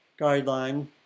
guideline